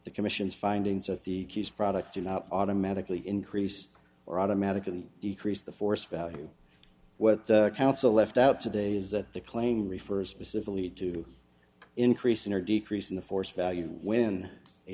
the commission's findings of the product do not automatically increase or automatically decrease the force value what the council left out today is that the claim refers specifically to increasing or decreasing the force value when a